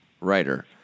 writer